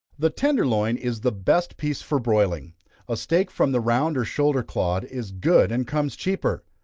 the tender loin is the best piece for broiling a steak from the round or shoulder clod is good and comes cheaper.